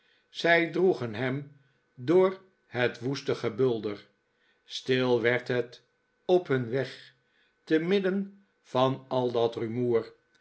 zij droegen hem door het woeste gebulder stil werd het op hun weg te midden van al dat rumoer